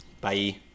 Bye